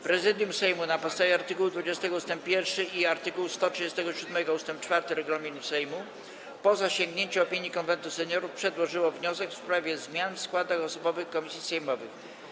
Prezydium Sejmu na podstawie art. 20 ust. 1 i art. 137 ust. 4 regulaminu Sejmu, po zasięgnięciu opinii Konwentu Seniorów, przedłożyło wniosek w sprawie zmian w składach osobowych komisji sejmowych.